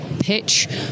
pitch